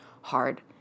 hard